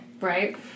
Right